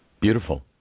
beautiful